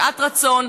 שעת רצון,